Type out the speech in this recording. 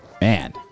man